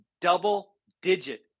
double-digit